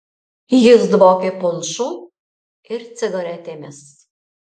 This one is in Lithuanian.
jis dvokė punšu ir cigaretėmis